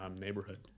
neighborhood